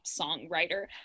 songwriter